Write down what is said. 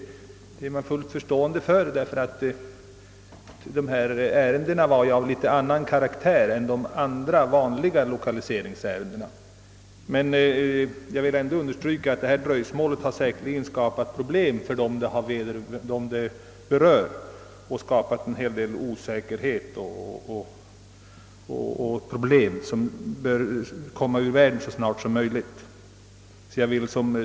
Dessa ärenden är av annan karaktär än vanliga lokaliseringsärenden. Men dröjsmålet har skapat problem för dem som det berör, och osäkerheten bör bringas ur världen.